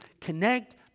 connect